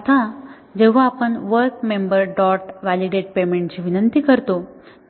आता जेव्हा आपण वर्क मेंबर डॉट व्हॅलिडेट पेमेंटची विनंती करतो